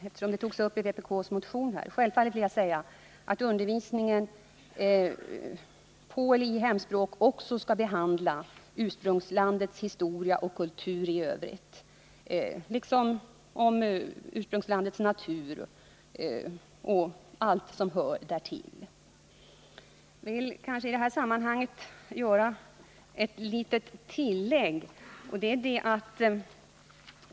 Eftersom det togs upp i vpk:s motion vill jag säga att undervisningen i hemspråk självfallet också skall behandla ursprungslandets historia och kultur i övrigt samt landets natur och allt som hör därtill. Jag vill i detta sammanhang göra en liten kommentar.